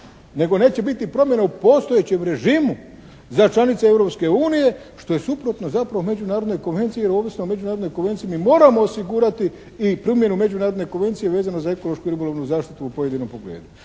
nego neće biti promjena u postojećem režimu za članice Europske unije što je suprotno zapravo međunarodnoj konvenciji, jer ovisno međunarodnoj konvenciji mi moramo osigurati i primjenu međunarodne konvencije vezano za ekološku i ribolovnu zaštitu u pojedinom pogledu.